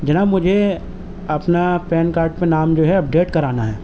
جناب مجھے اپنا پین کارڈ پہ نام جو ہے اپڈیٹ کرانا ہے